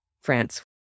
France